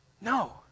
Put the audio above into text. no